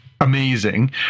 amazing